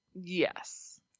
Yes